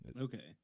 Okay